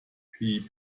piep